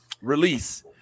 release